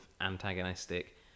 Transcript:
antagonistic